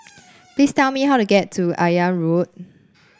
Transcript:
please tell me how to get to Akyab Road